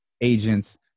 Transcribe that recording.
agents